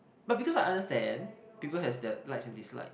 but because I understand people has their likes and dislikes